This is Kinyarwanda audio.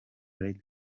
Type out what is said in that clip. lady